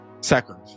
Second